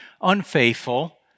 unfaithful